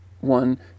one